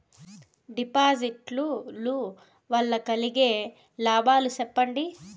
డిపాజిట్లు లు వల్ల కలిగే లాభాలు సెప్పండి?